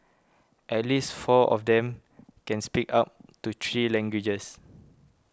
at least four of them can speak up to three languages